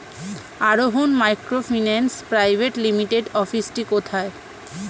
আরোহন microfinance private লিমিটেডের অফিসটি কোথায়?